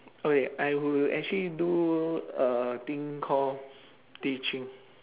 okay I would actually do a thing call teaching